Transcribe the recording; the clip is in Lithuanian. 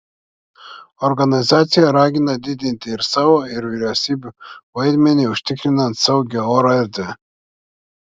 organizacija ragina didinti ir savo ir vyriausybių vaidmenį užtikrinant saugią oro erdvę